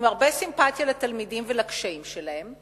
עם הרבה סימפתיה לתלמידים ולקשיים שלהם.